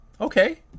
okay